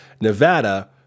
Nevada